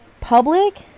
public